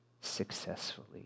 successfully